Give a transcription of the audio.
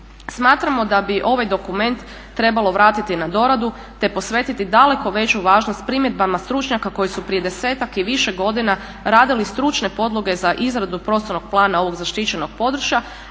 Smatramo da bi ovaj dokument trebalo vratiti na doradu, te posvetiti daleko veću važnost primjedbama stručnjaka koji su prije desetak i više godina radili stručne podloge za izradu prostornog plana ovog zaštićenog područja,